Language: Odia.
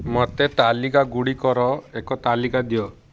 ମୋତେ ତାଲିକାଗୁଡ଼ିକର ଏକ ତାଲିକା ଦିଅ